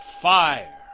fire